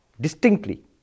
distinctly